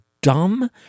dumb